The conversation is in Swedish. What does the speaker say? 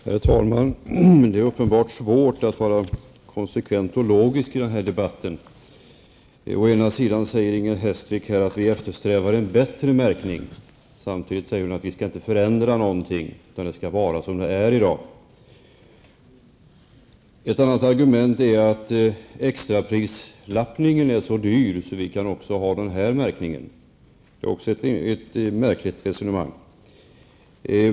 Herr talman! Det är uppenbart att det är svårt att vara både konsekvent och logisk i den här debatten. Inger Hestvik säger att en bättre prismärkning eftersträvas. Men hon säger också att ingenting skall förändras utan att allt skall vara som det är i dag. Ett annat argument som anförs är att extraprismärkningen är mycket dyr. Därför kan man lika gärna ha den här aktuella märkningen. Men det tycker jag är ett märkligt resonemang.